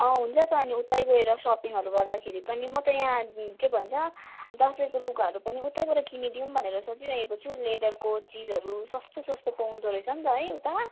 अँ हुन्छ त अनि उतै गएर सपिङहरू गर्दाखेरि पनि म त यहाँ के भन्छ दसैँको लुगाहरू पनि उतैबाट किनिदिऊँ भनेर सोचिरहेको छु लेदरको चिजहरू सस्तो सस्तो पाउँदो रहेछ नि त है उता